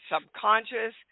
subconscious